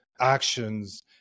actions